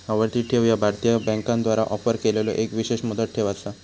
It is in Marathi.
आवर्ती ठेव ह्या भारतीय बँकांद्वारा ऑफर केलेलो एक विशेष मुदत ठेव असा